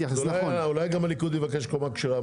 אולי גם הליכוד יבקש קומה כשרה?